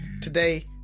today